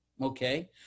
okay